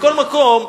מכל מקום,